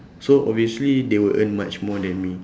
so obviously they will earn much more than me